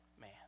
man